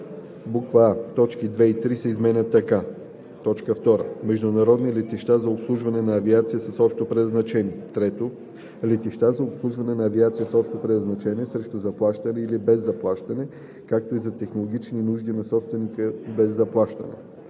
точки 2 и 3 се изменят така: „2. международни летища за обслужване на авиация с общо предназначение; 3. летища за обслужване на авиация с общо предназначение срещу заплащане или без заплащане, както и за технологични нужди на собственика без заплащане;“